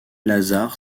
lazard